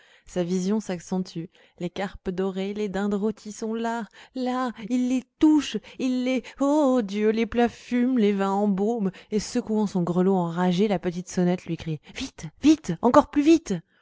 sa vision s'accentue les carpes dorées les dindes rôties sont là là il les touche il les oh dieu les plats fument les vins embaument et secouant son grelot enragé la petite sonnette lui crie vite vite encore plus vite